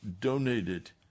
donated